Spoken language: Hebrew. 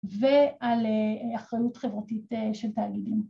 ‫ועל אחריות חברתית של תאגידים.